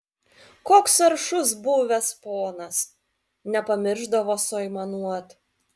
koks aršus buvęs ponas nepamiršdavo suaimanuot